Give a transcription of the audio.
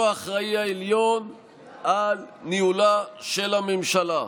הוא האחראי העליון לניהולה של הממשלה,